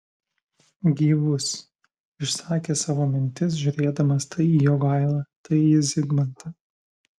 gyvus išsakė savo mintis žiūrėdamas tai į jogailą tai į zigmantą